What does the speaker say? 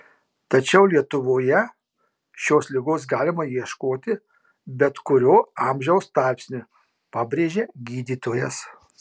tačiau lietuvoje šios ligos galima ieškoti bet kuriuo amžiaus tarpsniu pabrėžia gydytojas